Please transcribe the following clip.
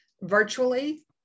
virtually